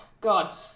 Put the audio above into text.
god